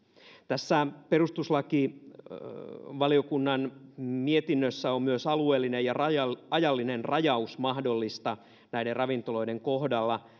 tässä perustuslakivaliokunnan mietinnössä on myös alueellinen ja ajallinen rajaus mahdollista näiden ravintoloiden kohdalla